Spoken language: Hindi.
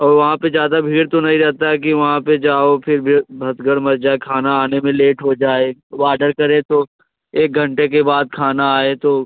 ओ वहाँ पर ज़्यादा भीड़ तो नहीं रहती है कि वहाँ पर जाओ फ़िर बे भगदड़ मच जाए खाना आने में लेट हो जाए वह आडर करे तो एक घंटे के बाद खाना आए तो